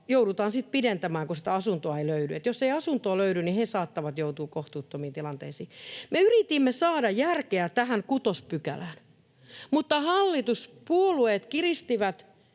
joudutaan sitten pidentämään, kun sitä asuntoa ei löydy, eli jos ei asuntoa löydy, niin he saattavat joutua kohtuuttomiin tilanteisiin. Me yritimme saada järkeä tähän kuutospykälään, mutta hallituspuolueet kiristivät